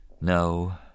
No